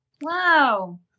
Wow